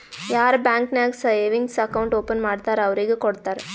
ಯಾರ್ ಬ್ಯಾಂಕ್ ನಾಗ್ savings account open ಮಾಡ್ತಾರ್ ಅವ್ರಿಗ ಕೊಡ್ತಾರ್